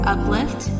Uplift